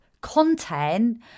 content